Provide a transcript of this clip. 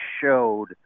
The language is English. showed